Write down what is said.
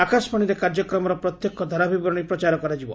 ଆକାଶବାଣୀରେ କାର୍ଯ୍ୟକ୍ରମର ପ୍ରତ୍ୟକ୍ଷ ଧାରାବିବରଣୀ ପ୍ରଚାର କରାଯିବ